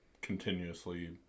continuously